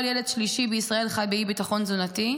שכל ילד שלישי חי בישראל באי-ביטחון תזונתי,